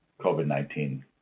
COVID-19